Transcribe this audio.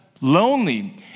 lonely